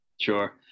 Sure